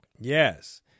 Yes